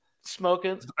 Smoking